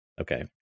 Okay